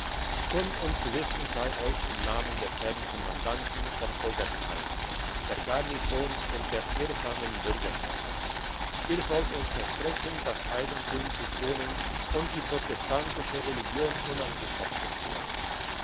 kund und zu wissen sei euch im namen des herrn kommandanten von oggersheim der garnison und der ehrsamen bürgerschaft ihr sollt uns versprechen das eigentum zu schonen und die protestantische religion unangefochten zu lassen